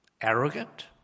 arrogant